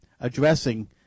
addressing